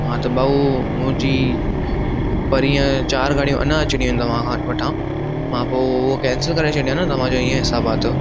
हा त भाऊ मुंहिंजी परींहं चार ॻाडियूं अञां अचणियूं आहिनि तव्हां खां वठां मां पोइ उहो कैंसिल करे छॾियां न तव्हां जो ईअं हिसाबु आहे त